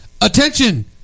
Attention